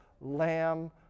lamb